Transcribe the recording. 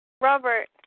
Robert